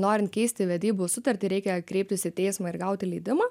norint keisti vedybų sutartį reikia kreiptis į teismą ir gauti leidimą